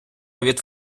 від